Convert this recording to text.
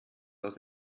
aus